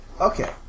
Okay